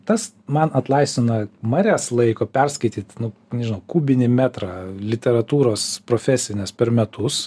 tas man atlaisvina marias laiko perskaityt nu nežinau kubinį metrą literatūros profesinės per metus